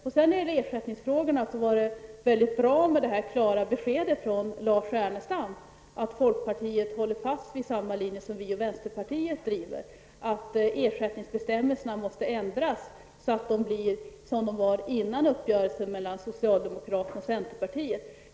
Det klara beskedet från Lars Ernestam om ersättningsfrågorna var mycket bra, nämligen att folkpartiet håller fast vid samma linje som vi och vänsterpartiet driver, dvs. att ersättningsbestämmelserna måste ändras så att de blir som de var innan uppgörelsen gjordes mellan socialdemokraterna och centerpartiet.